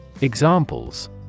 Examples